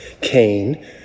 Cain